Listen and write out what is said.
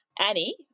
Annie